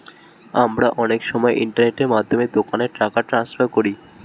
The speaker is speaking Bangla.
আমরা অনেক সময় ইন্টারনেটের মাধ্যমে দোকানে টাকা ট্রান্সফার করি